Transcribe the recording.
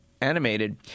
animated